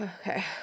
okay